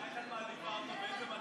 איך את מעדיפה אותו?